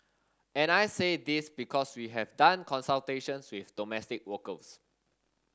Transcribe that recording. and I say this because we have done consultations with domestic workers